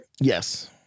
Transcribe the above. Yes